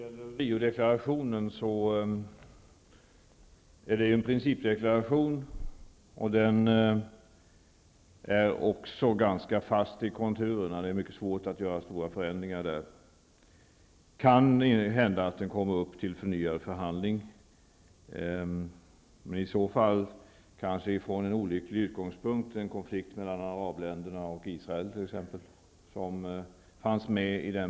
Fru talman! Riodeklarationen är en principdeklaration, och den är också ganska fast i konturerna. Det är alltså mycket svårt att göra stora förändringar i den. Det kan hända att den kommer upp till förnyad förhandling, men i så fall kanske utifrån en olycklig utgångspunkt, t.ex. en konflikt mellan arabländerna och Israel. Detta finns med i bilden.